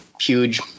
huge